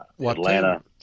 Atlanta